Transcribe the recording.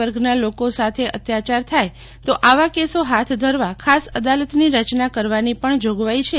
વર્ગના લોકો સાથે અત્યાચાર થાય તો આવા કેસો હાથ ધરવા ખાસ અદાલતની રચના કરવાની જોગવાઇ છે